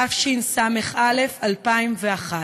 התשס"א 2001,